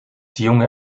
junge